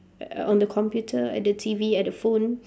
the on the computer at the T_V at the phone